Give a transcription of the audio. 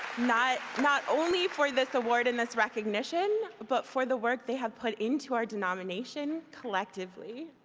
not not only for this award and this recognition, but for the work they have put into our denomination collectively,